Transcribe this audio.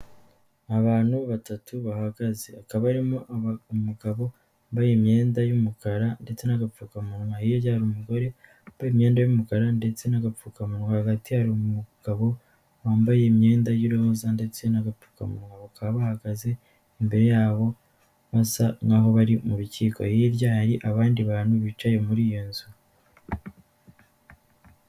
Abantu batatu bahagaze. Hakaba harimo umugabo wambaye imyenda y'umukara ndetse n'agapfukamunwa. Hirya hari umugore wambaye imyenda y'umukara ndetse n'agapfukamunwa. Hagati hari umugabo wambaye imyenda y'iroza ndetse n'agapfukamunwa. Bakaba bahagaze, imbere yabo basa nkaho bari mu rukiko. Hirya hari abandi bantu bicaye muri iyo nzu.